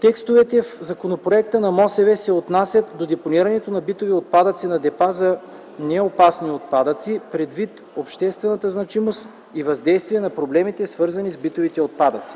Текстовете в законопроекта на Министерството на околната среда и водите се отнасят до депонирането на битови отпадъци на депа за неопасни отпадъци, предвид обществената значимост и въздействие на проблемите, свързани с битовите отпадъци.